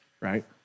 right